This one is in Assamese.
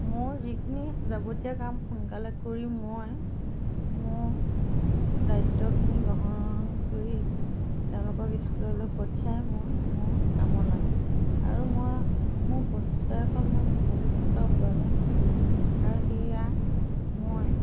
মোৰ যিখিনি যাৱতীয় কাম সোনকালে কৰি মই মোৰ দায়িত্বখিনি গ্ৰহণ কৰি তেওঁলোকক স্কুললৈ পঠিয়াই মই মোৰ কামত লাগো আৰু মই মোৰ বছৰেকত মোৰ বহুত টকা উপাৰ্জন হয় আৰু সেয়া মই